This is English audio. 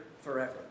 forever